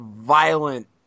violent